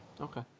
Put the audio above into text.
Okay